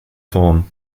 form